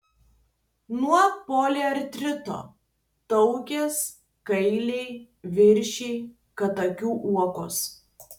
nuo poliartrito taukės gailiai viržiai kadagių uogos